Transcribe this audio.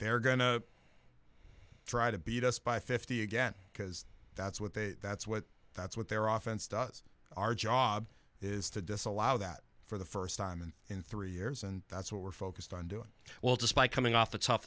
they're going to try to beat us by fifty again because that's what they that's what that's what they're often stuff is our job is to disallow that for the first time in three years and that's what we're focused on doing well despite coming off